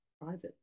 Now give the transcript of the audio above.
private